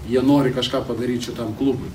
jie nori kažką padaryt šitam klubui